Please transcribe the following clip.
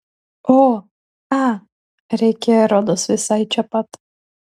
o a rėkė rodos visai čia pat